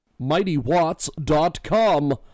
MightyWatts.com